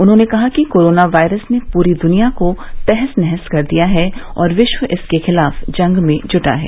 उन्होंने कहा कि कोरोना वायरस ने पूरी दुनिया को तहस नहस कर दिया है और विश्व इसके खिलाफ जंग में जुटा है